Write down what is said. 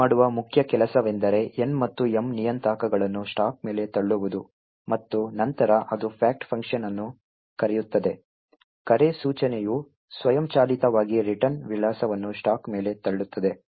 ಮೊದಲು ಮಾಡುವ ಮುಖ್ಯ ಕೆಲಸವೆಂದರೆ N ಮತ್ತು M ನಿಯತಾಂಕಗಳನ್ನು ಸ್ಟಾಕ್ ಮೇಲೆ ತಳ್ಳುವುದು ಮತ್ತು ನಂತರ ಅದು fact ಫಂಕ್ಷನ್ ಅನ್ನು ಕರೆಯುತ್ತದೆ ಕರೆ ಸೂಚನೆಯು ಸ್ವಯಂಚಾಲಿತವಾಗಿ return ವಿಳಾಸವನ್ನು ಸ್ಟಾಕ್ ಮೇಲೆ ತಳ್ಳುತ್ತದೆ